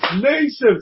nations